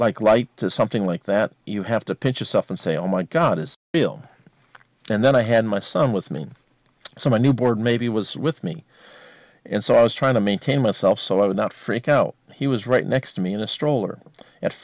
like to something like that you have to pinch yourself and say oh my god is bill and then i had my son was mean so my newborn maybe was with me and so i was trying to maintain myself so i would not freak out he was right next to me in a stroller at